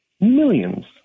millions